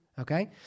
okay